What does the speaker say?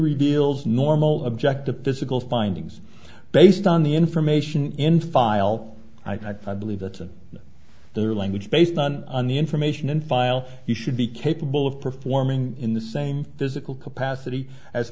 reveals normal objective physical findings based on the information in file i believe that their language based on the information in file you should be capable of performing in the same physical capacity as